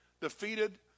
Defeated